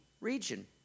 region